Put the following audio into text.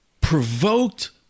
Provoked